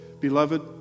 Beloved